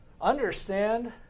understand